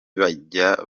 bajyaga